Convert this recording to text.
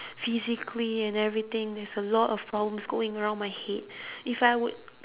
physically and everything there's a lot of problems going around my head if I would